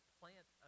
plant